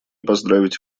поздравить